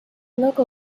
local